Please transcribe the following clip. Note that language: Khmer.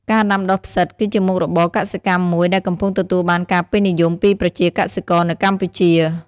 ការដាំដុះផ្សិត គឺជាមុខរបរកសិកម្មមួយដែលកំពុងទទួលបានការពេញនិយមពីប្រជាកសិករនៅកម្ពុជា។